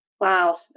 Wow